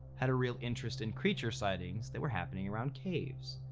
had a real interest in creature sightings that were happening around caves.